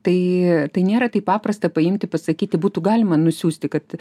tai tai nėra taip paprasta paimti pasakyti būtų galima nusiųsti kad